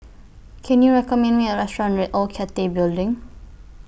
Can YOU recommend Me A Restaurant near Old Cathay Building